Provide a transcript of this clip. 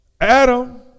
Adam